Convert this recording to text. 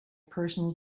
personal